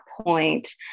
point